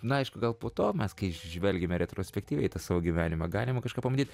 na aišku gal po to mes kai žvelgiame retrospektyviai tą savo gyvenimą galima kažką pamatyt